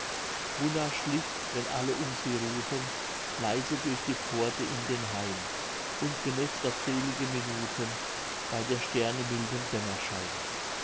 schlich wenn alle um sie ruhten leise durch die pforte in den hain und genoß dort selige minuten bei der sterne mildem dämmerschein